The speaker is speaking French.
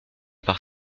par